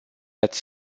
ați